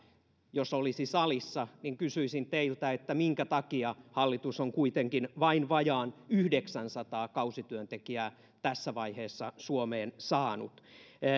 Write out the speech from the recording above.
olisi salissa niin kysyisin minkä takia hallitus on kuitenkin vain vajaan yhdeksänsataa kausityöntekijää tässä vaiheessa suomeen saanut